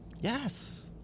Yes